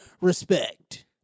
Respect